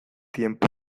tiempo